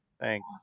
Thanks